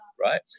Right